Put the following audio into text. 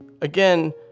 Again